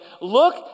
look